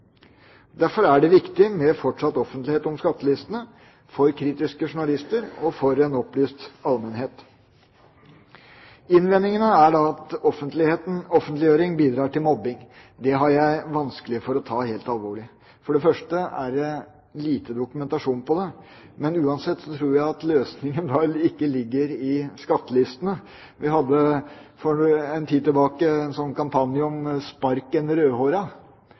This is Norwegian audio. Derfor er det viktig med fortsatt offentlighet om skattelistene – for kritiske journalister og for en opplyst allmennhet. Innvendingene er at offentliggjøring bidrar til mobbing. Det har jeg vanskelig for å ta helt alvorlig. For det første er det lite dokumentasjon på dette. Men uansett tror jeg at løsningen da ikke ligger i skattelistene. Vi hadde for en tid tilbake en sånn kampanje om «spark en rødhåra»,